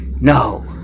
no